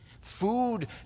Food